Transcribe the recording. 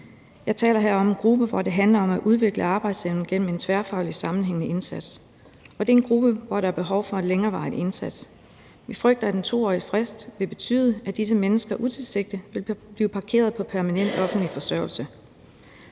Jeg taler her om en gruppe, hvor det handler om at udvikle arbejdsevnen gennem en tværfaglig sammenhængende indsats, og det er en gruppe, hvor der er behov for en længerevarende indsats. Vi frygter, at en 2-årig frist vil betyde, at disse mennesker utilsigtet vil blive parkeret på permanent offentlig forsørgelse.